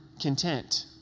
content